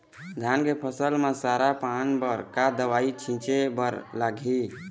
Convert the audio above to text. धान के फसल म सरा पान बर का दवई छीचे बर लागिही?